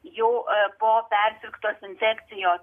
jau po persirgtos infekcijos